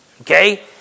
okay